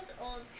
old